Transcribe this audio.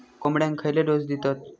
कोंबड्यांक खयले डोस दितत?